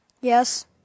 yes